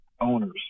owners